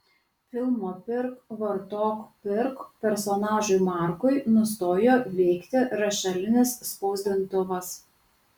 filmo pirk vartok pirk personažui markui nustojo veikti rašalinis spausdintuvas